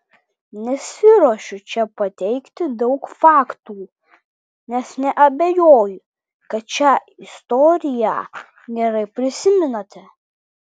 nesiruošiu čia pateikti daug faktų nes neabejoju kad šią istoriją gerai prisimenate